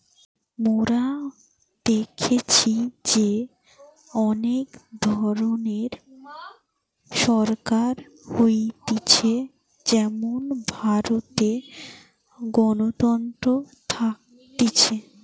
মোরা দেখেছি যে অনেক ধরণের সরকার হতিছে যেমন ভারতে গণতন্ত্র থাকতিছে